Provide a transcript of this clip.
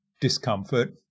discomfort